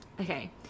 okay